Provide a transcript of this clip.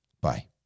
Bye